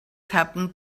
happened